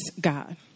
God